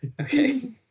Okay